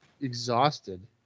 exhausted